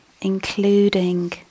including